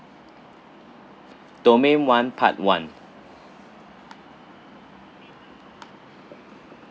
domain one part one